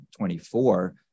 24